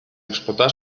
explotar